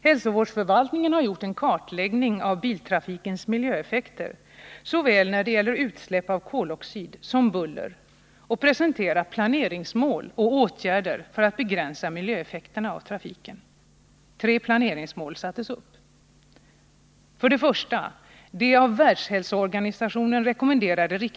Hälsovårdsförvaltningen har gjort en kartläggning av biltrafikens miljöeffekter när det gäller såväl utsläpp av koloxid som buller och presenterat planeringsmål och åtgärder för att begränsa miljöeffekterna av trafiken.